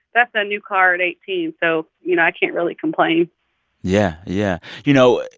that's a new car at eighteen. so, you know, i can't really complain yeah. yeah. you know,